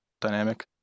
dynamic